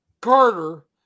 Carter